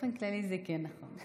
באופן כללי, זה כן נכון.